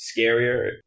scarier